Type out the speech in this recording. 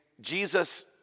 Jesus